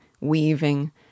weaving